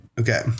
Okay